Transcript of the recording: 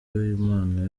w’impano